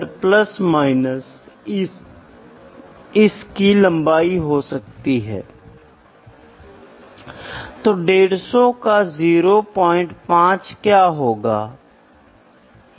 जिस क्षण हम तंग सहिष्णुता पर काम करना शुरू करते हैं उसी प्रोडक्ट को बनाने के लिए उपभोग की जाने वाली सामग्री की मात्रा को कम किया जा सकता है और बिजली के लिए मशीनों पर उचित फ़ीड या स्पीड निर्धारित की जा सकती है और टाइम और लेबर का खर्च भी कम हो जाता है